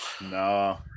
No